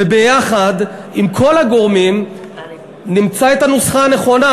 ויחד עם כל הגורמים נמצא את הנוסחה הנכונה,